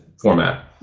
format